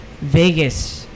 Vegas